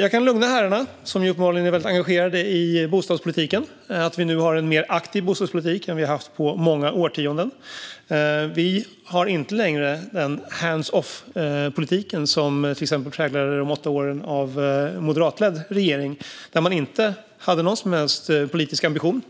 Jag kan lugna herrarna, som uppenbarligen är mycket engagerade i bostadspolitiken, med att vi nu har en mer aktiv bostadspolitik än vi har haft på många årtionden. Vi har inte längre den hands off-politik som präglade de åtta åren med moderatledd regering. Man hade ingen som helst politisk ambition